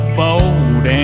bold